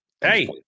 Hey